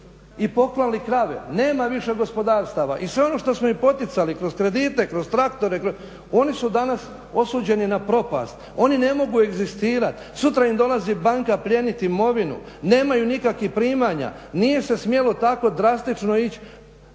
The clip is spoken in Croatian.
i poklali krave, nema više gospodarstava. I sve ono što smo i poticali kroz kredite, kroz traktore oni su danas osuđeni na propast. Oni ne mogu egzistirati. Sutra im dolazi banka plijeniti imovinu. Nemaju nikakvih primanja, nije se smjelo tako drastično ići